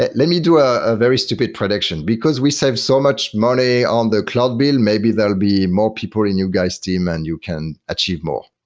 ah let me do a very stupid prediction. because we save so much money on the cloud bill, maybe there'll be more people in your guys' team and you can achieve more.